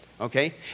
okay